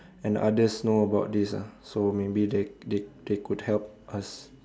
and others know about this lah so maybe they they could help us